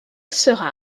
sera